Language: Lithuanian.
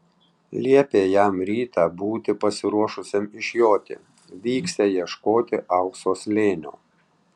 liepė jam rytą būti pasiruošusiam išjoti vyksią ieškoti aukso slėnio